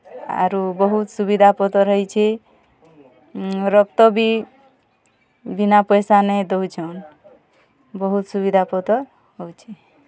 ଆରୁ ବହୁତ୍ ସୁବିଧା ପତର୍ ହେଇଛେ ରକ୍ତ ବି ବିନା ପଇସା ନେ ଦେଉଛନ୍ ବହୁତ୍ ସୁବିଧା ପତର୍ ହେଉଛେ